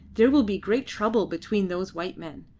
there will be great trouble between those white men.